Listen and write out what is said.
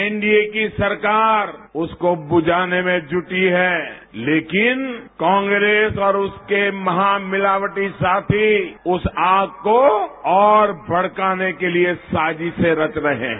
NDA की सरकार उसको बुझाने में जूटी है लेकिन कांग्रेस और उसके महामिलवटी साथी उस आग को और भड़काने के लिए साजिशें रच रहे हैं